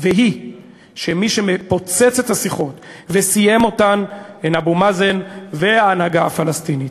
והיא שמי שמפוצץ את השיחות וסיים אותן הם אבו מאזן וההנהגה הפלסטינית.